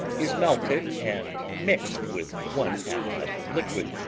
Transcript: is melted and mixed with one-half cup of liquid,